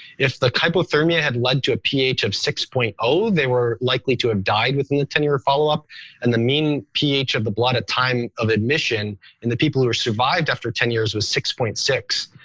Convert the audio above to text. if the hypothermia had led to a ph of six point zero they were likely to have died within the ten year followup and the mean ph of the blood at time of admission and the people who were survived after ten years was six point six.